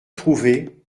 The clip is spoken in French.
trouvés